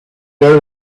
down